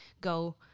go